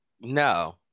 No